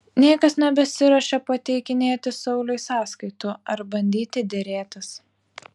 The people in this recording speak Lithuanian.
niekas nebesiruošia pateikinėti sauliui sąskaitų ar bandyti derėtis